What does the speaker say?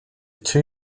two